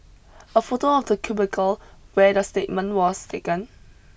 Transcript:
a photo of the cubicle where the statement was taken